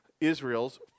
Israel's